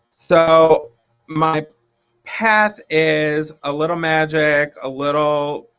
so my path is a little magic a little,